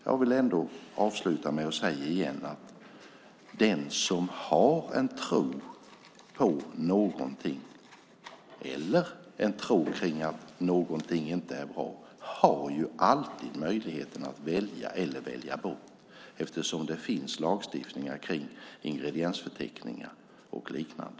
Jag vill avsluta med att säga att den som har en tro på någonting eller på att någonting inte är bra har alltid möjligheten att välja eller välja bort eftersom det finns lagstiftningar om ingrediensförteckningar och liknande.